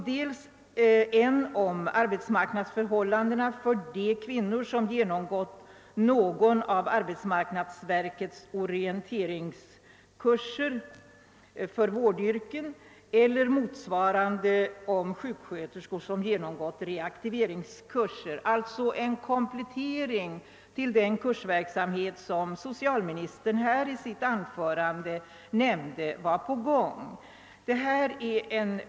Den ena avser arbetsmarknadsförhållandena för de kvinnor som genomgått någon av arbets marknadsverkets orienteringskurser för vårdyrken eller motsvarande, den andra avser sjuksköterskor som genomgått reaktiveringskurser, alltså en komplettering till den kursverksamhet som enligt vad socialministern redovisade i sitt anförande är på gång.